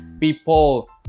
people